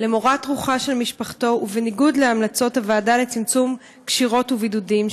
למורת רוחה של משפחתו ובניגוד להמלצות הוועדה לצמצום קשירות ובידודים,